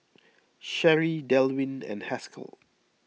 Sheree Delwin and Haskell